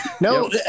No